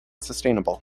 sustainable